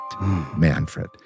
Manfred